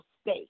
state